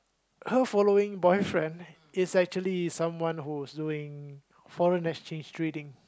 her following boyfriend is actually someone who is doing foreign exchange trading